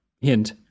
Hint